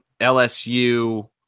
LSU